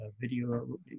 video